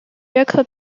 约克